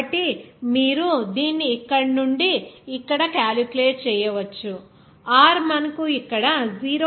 కాబట్టి మీరు దీన్ని ఇక్కడ నుండి ఇక్కడ క్యాలిక్యులేట్ చేయవచ్చు r మనకు ఇక్కడ 0